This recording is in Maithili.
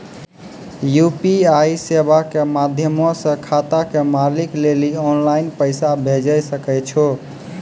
यू.पी.आई सेबा के माध्यमो से खाता के मालिक लेली आनलाइन पैसा भेजै सकै छो